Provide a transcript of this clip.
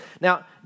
Now